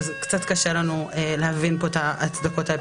אז קצת קשה לנו להבין פה את ההצדקות האפידמיולוגיות.